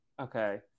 Okay